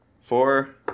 four